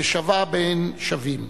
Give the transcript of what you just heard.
כשווה בין שווים.